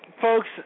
Folks